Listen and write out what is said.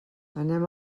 anem